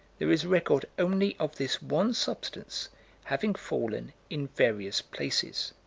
there is record only of this one substance having fallen in various places.